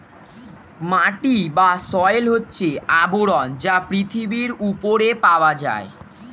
মাটি বা সয়েল হচ্ছে আবরণ যা পৃথিবীর উপরে পাওয়া যায়